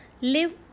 live